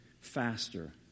faster